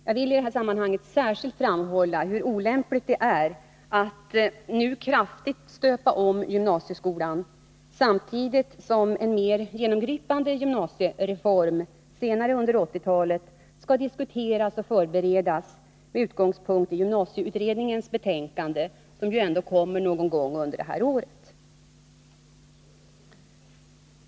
Jag vill i detta sammanhang särskilt framhålla hur olämpligt det är att nu kraftigt stöpa om gymnasieskolan samtidigt som en ännu mer genomgripande gymnasiereform senare under 1980-talet diskuteras och förbereds med utgångspunkt i gymnasieutredningens betänkande, som kommer någon gång under det här året.